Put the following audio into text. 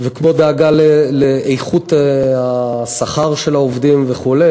כמו דאגה לאיכות השכר של העובדים וכו'.